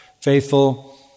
faithful